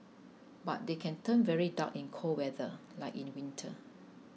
but they can turn very dark in cold weather like in winter